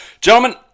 Gentlemen